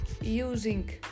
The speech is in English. using